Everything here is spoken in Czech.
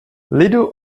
lidu